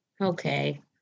Okay